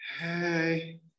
Hey